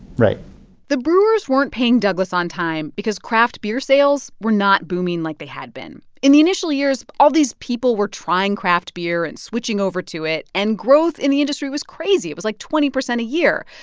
right the brewers weren't paying douglas on time because craft beer sales were not booming like they had been. in the initial years, all these people were trying craft beer and switching over to it. and growth in the industry was crazy, it was like twenty percent a year.